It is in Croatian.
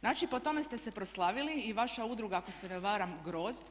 Znači po tome ste se proslavili i vaša udruga ako se ne varam Grozd,